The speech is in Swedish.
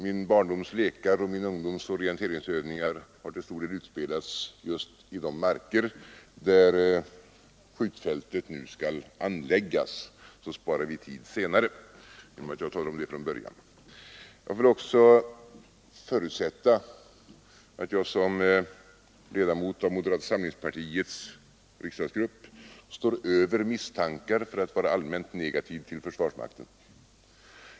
Min barndoms lekar och min ungdoms orienteringsövningar har till stor del utspelats just i de marker där skjutfältet skall anläggas. Genom att jag talar om detta från början sparar vi tid senare. Jag vill också förutsätta att jag som ledamot av moderata samlingspartiets riksdagsgrupp står över misstankar för att vara allmänt negativ till försvarsmakten.